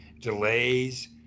delays